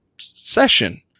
session